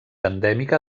endèmica